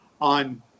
on